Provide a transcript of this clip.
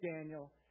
Daniel